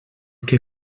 que